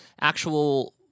actual